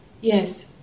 Yes